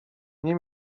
nie